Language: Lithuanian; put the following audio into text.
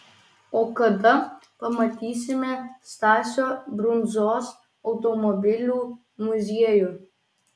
o kada pamatysime stasio brundzos automobilių muziejų